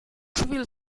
trivial